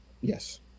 yes